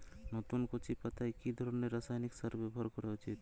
নতুন কচি পাতায় কি ধরণের রাসায়নিক সার ব্যবহার করা উচিৎ?